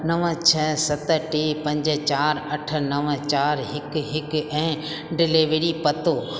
नव छ सत टे पंज चारि अठ नव चारि हिकु हिकु ऐं डिलीवरी पतो